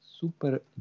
Super